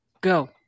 Go